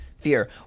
fear